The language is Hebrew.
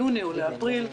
ליוני או לאפריל,